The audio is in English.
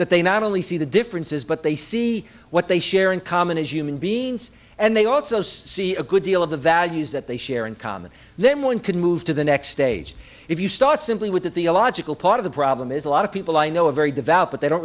that they not only see the differences but they see what they share in common as human beings and they also see a good deal of the values that they share in common then one can move to the next stage if you start simply with the theological part of the problem is a lot of people i know a very devout but they don't